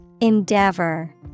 Endeavor